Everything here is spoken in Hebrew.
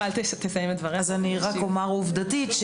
אני רק אומרת עובדתית.